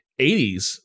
80s